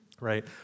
right